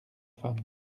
femme